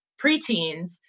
preteens